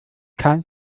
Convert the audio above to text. kein